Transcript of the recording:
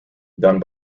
done